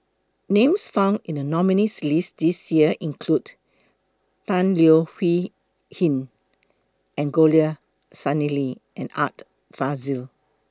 Names found in The nominees' list This Year include Tan Leo Wee Hin Angelo Sanelli and Art Fazil